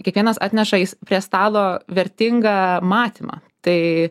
kiekvienas atneša jis prie stalo vertingą matymą tai